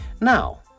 Now